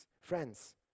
Friends